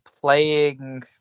playing